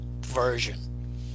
version